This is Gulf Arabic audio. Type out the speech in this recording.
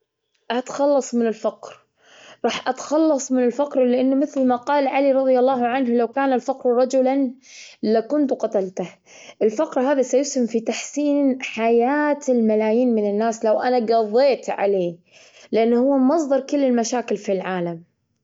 أتخلص من الفقر. راح أتخلص من الفقر، لأنه مثل ما قال علي رضي الله عنه: "لو كان الفقر رجلًا لكنت قتلته". الفقر هذا سيسهم في تحسين حياة الملايين من الناس، لو أنا قضيت عليه، لإنه هو مصدر كل المشاكل في العالم.